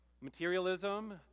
Materialism